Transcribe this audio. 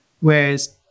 whereas